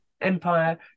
empire